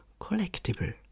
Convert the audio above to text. collectible